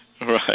Right